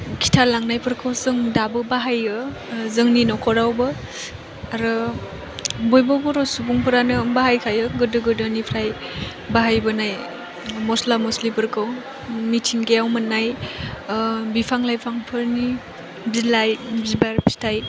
खिन्थालांनायफोरखौ जों दाबो बाहायो जोंनि नख'रावबो आरो बयबो बर' सुबुंफ्रानो बाहायखायो गोदो गोदायनिफ्राय बाहायबोनाय मस्ला मस्लिफोरखौ मिथिंगायाव मोननाय बिफां लाइफांफोरनि बिलाइ बिबार फिथाइ